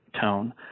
tone